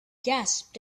gasped